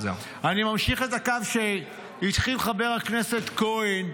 אני ממשיך את הקו שהתחיל חבר הכנסת כהן,